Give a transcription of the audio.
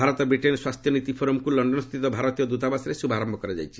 Bharat Britain ସ୍ୱାସ୍ଥ୍ୟ ନୀତି ଫୋରମ୍କୁ ଲଣ୍ଡନ ସ୍ଥିତ ଭାରତୀୟ ଦଦତାବାସରେ ଶୁଭାରୟ କରାଯାଇଛି